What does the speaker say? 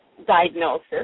diagnosis